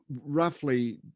roughly